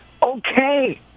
okay